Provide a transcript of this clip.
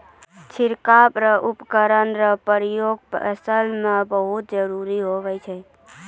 छिड़काव रो उपकरण रो प्रयोग फसल मे बहुत जरुरी हुवै छै